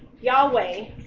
Yahweh